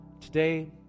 today